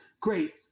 Great